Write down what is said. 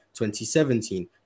2017